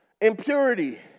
impurity